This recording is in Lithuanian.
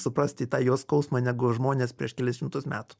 suprasti tą jo skausmą negu žmonės prieš kelis šimtus metų